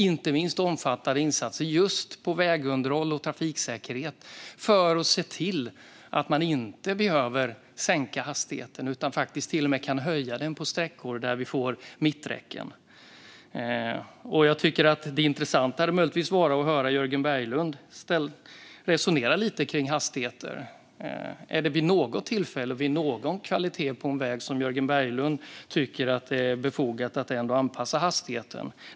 Det omfattar insatser inte minst på vägunderhåll och trafiksäkerhet för att se till att man inte behöver sänka hastigheten utan faktiskt till och med kan höja den på sträckor som får mitträcken. Jag tycker att det hade varit intressant att höra Jörgen Berglund resonera lite kring hastigheter. Är det vid något tillfälle eller vid någon kvalitet på en väg som Jörgen Berglund tycker att det är befogat att anpassa hastigheten?